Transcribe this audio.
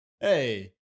Hey